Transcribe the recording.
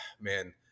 man